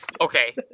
Okay